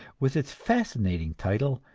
with its fascinating title,